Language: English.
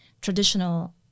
Traditional